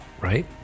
Right